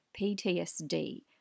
PTSD